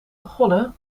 begonnen